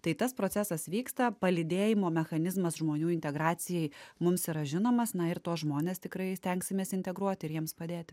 tai tas procesas vyksta palydėjimo mechanizmas žmonių integracijai mums yra žinomas na ir tuos žmonės tikrai stengsimės integruoti ir jiems padėti